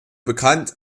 bekannt